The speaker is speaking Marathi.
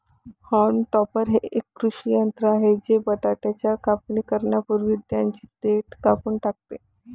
होल्म टॉपर हे एक कृषी यंत्र आहे जे बटाट्याची कापणी करण्यापूर्वी त्यांची देठ कापून टाकते